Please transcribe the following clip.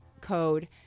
code